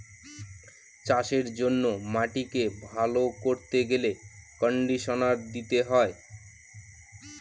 চাষের জন্য মাটিকে ভালো করতে গেলে কন্ডিশনার দিতে হয়